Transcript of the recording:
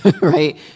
right